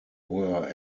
were